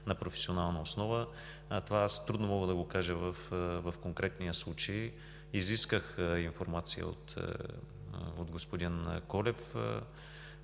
на професионална основа. Това трудно мога да кажа в конкретния случай. Изисках информация от господин Колев.